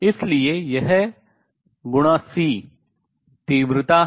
इसलिए यह गुणा C तीव्रता है